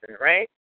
right